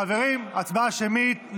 חברים, הצבעה השמית.